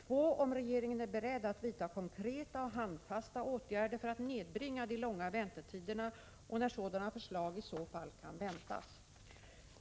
och 2. om regeringen är beredd att vidta konkreta och handfasta åtgärder för att nedbringa de långa väntetiderna och när sådana förslag i så fall kan väntas.